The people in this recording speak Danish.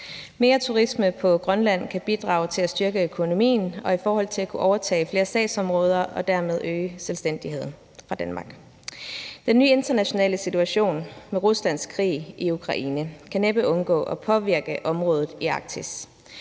Mere turisme i Grønland kan bidrage til at styrke økonomien, også i forhold til at kunne overtage flere sagsområder og dermed øge selvstændigheden fra Danmark. Den nye internationale situation med Ruslands krig i Ukraine kan næppe undgå at påvirke området i Arktis.